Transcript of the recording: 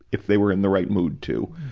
if they were in the right mood to.